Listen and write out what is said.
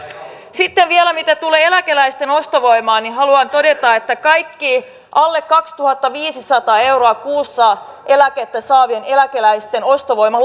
sitten vielä mitä tulee eläkeläisten ostovoimaan haluan todeta että kaikkien alle kaksituhattaviisisataa euroa kuussa eläkettä saavien eläkeläisten ostovoima